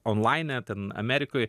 on laine ten amerikoj